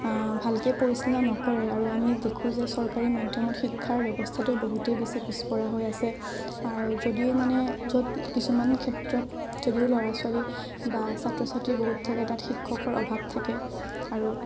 ভালকে পৰিচালনা কৰে আৰু আমি দেখোঁ যে চৰকাৰী মাধ্যমত শিক্ষাৰ ব্যৱস্থাটো বহুতেই বেছি পিছপৰা হৈ আছে আৰু যদিও মানে য'ত কিছুমান ক্ষেত্ৰত যদিও ল'ৰা ছোৱালী বা ছাত্ৰ ছাত্ৰী বহুত থাকে তাত শিক্ষকৰ অভাৱ থাকে আৰু